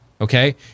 okay